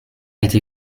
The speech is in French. été